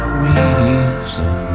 reason